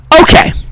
Okay